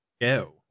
go